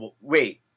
wait